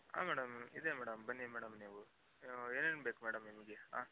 ಹಾಂ ಮೇಡಮ್ ಇದೆ ಮೇಡಮ್ ಬನ್ನಿ ಮೇಡಮ್ ನೀವು ಏನೇನು ಬೇಕು ಮೇಡಮ್ ನಿಮಗೆ ಹಾಂ